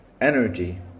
energy